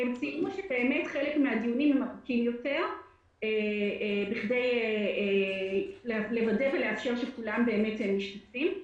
הם ציינו שחלק מן הדיונים ארוכים יותר בכדי לוודא ולאפשר שכולם משתתפים.